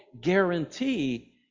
guarantee